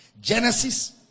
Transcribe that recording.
genesis